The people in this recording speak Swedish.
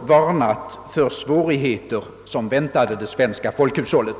varnat för svårigheter som väntade det svenska folkhushållet.